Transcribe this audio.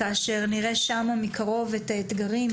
כאשר נראה שם מקרוב את האתגרים,